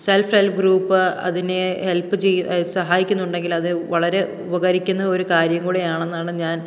self help group അതിനെ help ചെയ്യുന്ന സഹായിക്കുന്നുണ്ടെങ്കിലത് വളരെ ഉപകരിക്കുന്ന ഒരു കാര്യം കൂടിയാണെന്നാണ് ഞാൻ